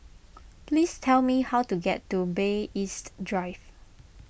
please tell me how to get to Bay East Drive